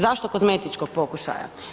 Zašto kozmetičkog pokušaja?